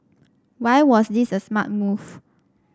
why was this a smart move